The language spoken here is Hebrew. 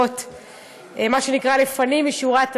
מה שנקרא לפנים משורת הדין.